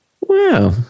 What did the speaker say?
Wow